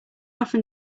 often